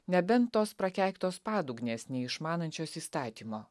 nebent tos prakeiktos padugnės neišmanančios įstatymo